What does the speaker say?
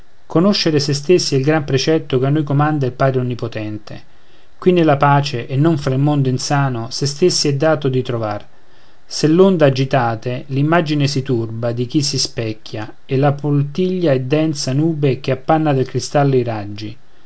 conoscere se stessi è il gran precetto che a noi comanda il padre onnipotente qui nella pace e non fra il mondo insano se stessi è dato di trovar se l'onda agitate l'immagine si turba di chi si specchia e la poltiglia è densa nube che appanna del cristallo i raggi